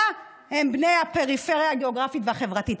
הם בני הפריפריה הגיאוגרפית והחברתית.